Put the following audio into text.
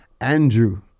Andrew